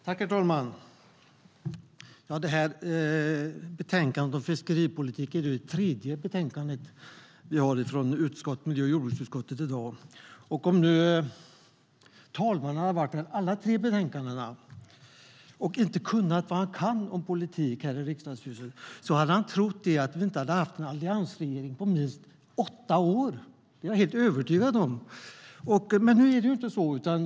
Herr talman! Betänkandet om fiskeripolitik är det tredje betänkande vi har från miljö och jordbruksutskottet i dag. Om talmannen hade varit här under debatten om alla tre betänkandena och inte hade kunnat vad han kan om politik här i Riksdagshuset skulle han ha trott att vi inte hade haft en alliansregering på minst åtta år; det är jag helt övertygad om. Men nu är det inte så.